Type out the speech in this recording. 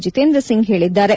ಜಿತೇಂದ್ರ ಸಿಂಗ್ ಹೇಳಿದ್ದಾರೆ